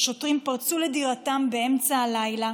ששוטרים פרצו לדירתם באמצע הלילה